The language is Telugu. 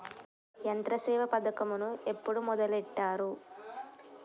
యంత్రసేవ పథకమును ఎప్పుడు మొదలెట్టారు?